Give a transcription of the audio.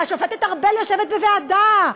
השופטת ארבל יושבת בוועדה,